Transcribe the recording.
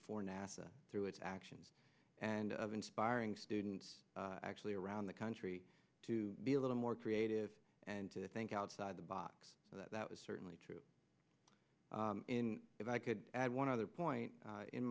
for nasa through its actions and of inspiring students actually around the country to be a little more creative and to think outside the box that was certainly true in if i could add one other point